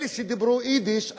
אלה שדיברו יידיש,